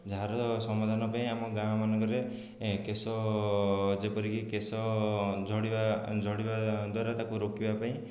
ଯାହାର ସମାଧାନ ପାଇଁ ଆମ ଗାଁମାନଙ୍କରେ କେଶ ଯେପରିକି କେଶ ଝଡ଼ିବା ଝଡ଼ିବାଦ୍ୱାରା ତାକୁ ରୋକିବା ପାଇଁ